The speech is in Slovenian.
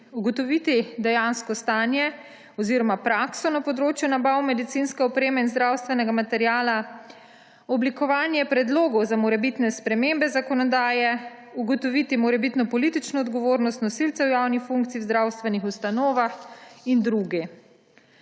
ugotoviti dejansko stanje oziroma prakso na področju nabav medicinske opreme in zdravstvenega materiala, oblikovanje predlogov za morebitne spremembe zakonodaje, ugotoviti morebitno politično odgovornost nosilcev javnih funkcij v zdravstvenih ustanovah in drugi.